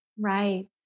Right